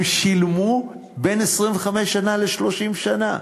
הם שילמו בין 25 שנה ל-30 שנה.